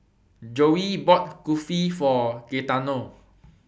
Joey bought Kulfi For Gaetano